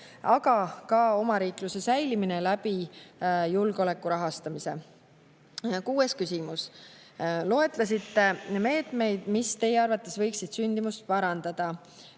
aga ka omariikluse säilitamine julgeoleku rahastamise abil. Kuues küsimus: "[…] loetlesite meetmeid, mis Teie arvates võiksid sündimust parandada